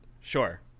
Sure